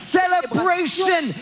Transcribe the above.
celebration